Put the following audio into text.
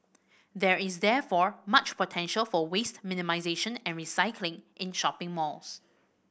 there is therefore much potential for waste minimisation and recycling in shopping malls